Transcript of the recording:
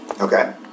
Okay